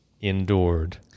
endured